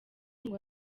ngo